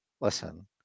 listen